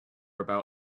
about